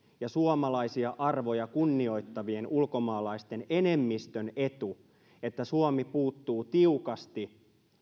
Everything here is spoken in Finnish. ja suomalaisia arvoja kunnioittavien ulkomaalaisten enemmistön etu että suomi puuttuu tiukasti